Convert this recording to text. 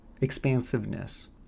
expansiveness